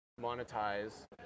monetize